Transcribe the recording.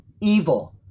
evil